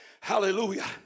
hallelujah